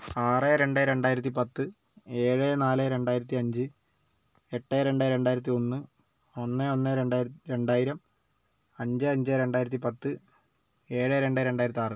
ആറ് രണ്ട് രണ്ടായിരത്തി പത്ത് ഏഴ് നാല് രണ്ടായിരത്തി അഞ്ച് എട്ട് രണ്ട് രണ്ടായിരത്തി ഒന്ന് ഒന്ന് ഒന്ന് രണ്ടായി രണ്ടായിരം അഞ്ച് അഞ്ച് രണ്ടായിരത്തി പത്ത് ഏഴ് രണ്ട് രണ്ടായിരത്തിയാറ്